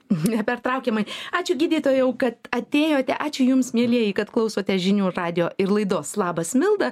nepertraukiamai ačiū gydytojau kad atėjote ačiū jums mielieji kad klausotės žinių radijo ir laidos labas milda